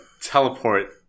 teleport